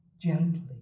Gently